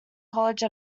college